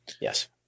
Yes